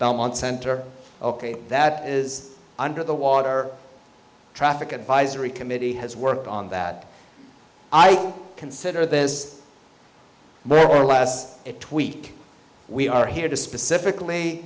belmont center ok that is under the water traffic advisory committee has worked on that i consider this more or less a tweak we are here to specifically